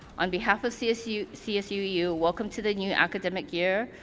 on behalf of csu csu eu, welcome to the new academic year.